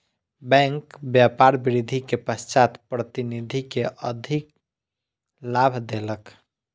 bank व्यापार वृद्धि के पश्चात प्रतिनिधि के अधिलाभ देलक